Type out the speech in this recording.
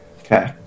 Okay